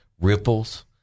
ripples